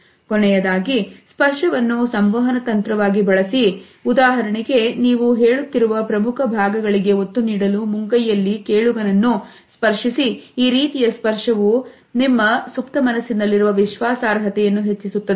ಕೊನೆಯದಾಗಿ ಸ್ಪರ್ಶವನ್ನು ಸಂವಹನ ತಂತ್ರವಾಗಿ ಬಳಸಿ ಉದಾಹರಣೆಗೆ ನೀವು ಹೇಳುತ್ತಿರುವ ಪ್ರಮುಖ ಭಾಗಗಳಿಗೆ ಒತ್ತು ನೀಡಲು ಮುಂಗೈಯಲ್ಲಿ ಕೇಳುಗನನ್ನು ಸ್ಪರ್ಶಿಸಿ ಈ ರೀತಿಯ ಸ್ಪರ್ಶವು ನಿಮ್ಮ ಸುಪ್ತಮನಸ್ಸಿನಲ್ಲಿರುವ ವಿಶ್ವಾಸಾರ್ಹತೆಯನ್ನು ಹೆಚ್ಚಿಸುತ್ತದೆ